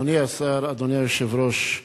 אדוני השר, אדוני היושב-ראש,